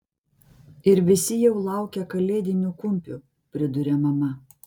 ir visi jau laukia kalėdinių kumpių priduria mama